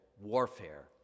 warfare